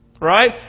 Right